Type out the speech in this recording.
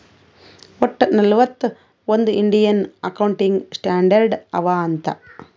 ವಟ್ಟ ನಲ್ವತ್ ಒಂದ್ ಇಂಡಿಯನ್ ಅಕೌಂಟಿಂಗ್ ಸ್ಟ್ಯಾಂಡರ್ಡ್ ಅವಾ ಅಂತ್